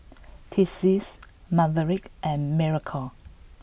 Tessie Maverick and Miracle